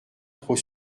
trop